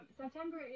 September